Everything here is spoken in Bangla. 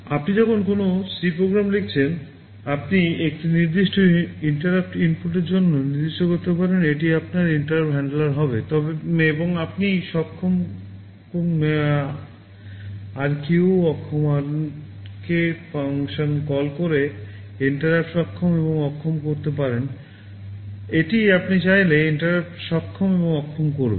আপনি যখন কোনও সি প্রোগ্রাম লিখছেন আপনি একটি নির্দিষ্ট ইন্টারাপ্ট সক্ষম এবং অক্ষম করবে